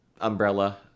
umbrella